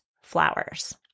flowers